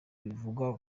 bivugwa